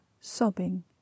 sobbing